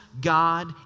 God